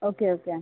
okay okay